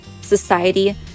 society